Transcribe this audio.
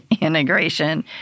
integration